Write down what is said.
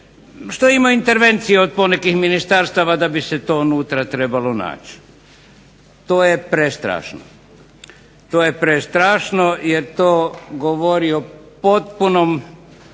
što ima intervencije od ponekih ministarstava da bi se to unutra trebalo naći. To je prestrašno, jer to govori o potpunom